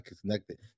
connected